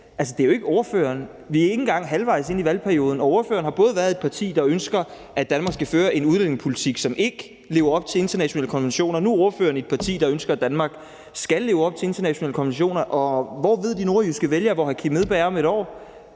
det er jo ikke ordføreren. Vi er ikke engang halvvejs inde i valgperioden, og ordføreren har både været i et parti, der ønsker, at Danmark skal føre en udlændingepolitik, som ikke lever op til internationale konventioner, og nu er ordføreren i et parti, der ønsker, at Danmark skal leve op til internationale konventioner. Hvordan ved de nordjyske vælgere, hvor hr. Kim Edberg Andersen